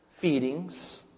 feedings